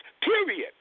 period